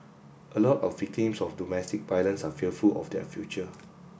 a lot of victims of domestic violence are fearful of their future